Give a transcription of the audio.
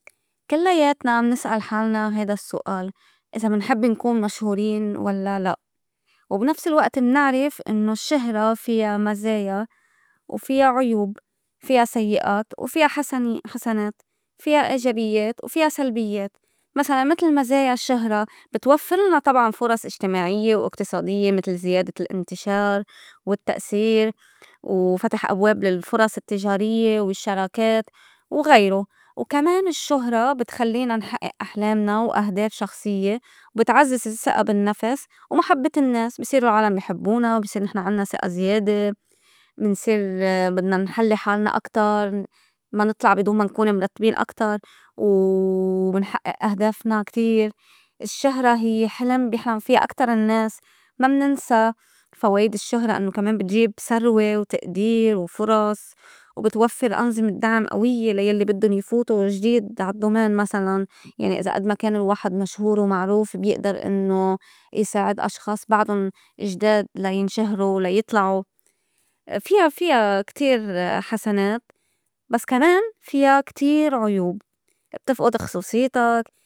كلّياتنا منسأل حالنا هيدا السّؤال إذا منحب نكون مشهورين ولا لأ؟ وبنفس الوئت منعرف إنّو الشّهرة فيا مزايا وفيا عيوب فيا سيّئات وفيا حسن- حسنات فيا إيجابيّات وفيا سلبيّات مسلاً متل مزايا الشّهرة بتوفّرلنا طبعاً فُرص إجتماعيّة وإقتصاديّة، متل زيادة الأنتشار، والتّأسير، وفتح أبواب للفرُص التجاريّة والشّراكات وغيرو، وكمان الشُّهرة بتخلّينا نحئّئ أحلامنا وأهداف شخصيّة، وبتعزّز السّئة بالنّفس، ومحبّة النّاس بصيرو العالم بي حبّونا وبصير نحن عنّا سئة زيادة منصير بدنا نحلّي حالنا أكتر، ما نطلع بدون ما نكون مرتبين أكتر، و منحئّئ أهدافنا كتير. الشّهرة هيّ حلم بيحلم فيا أكتر النّاس ما مننسى فوايد الشّهرة إنّو كمان بتجيب سروة، وتئدير، وفُرص، وبتوفّر أنظمة دعم أويّة ليلّي بدُّن يفوتو جديد عال domain مسلاً يعني إذا أد ما ما كان الواحد مشهور ومعروف بيئدر إنّو يساعد أشخاص بعدُن جداد لا ينشهرو لا يطلعو. فيا- فيا كتير حسنات بس كمان فيا كتير عيوب بتفئُد خصوصيتك.